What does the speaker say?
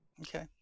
Okay